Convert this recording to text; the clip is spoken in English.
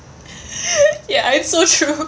ya it's so true